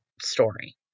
story